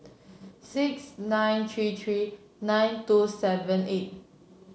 six nine three three nine two seven eight